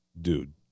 dude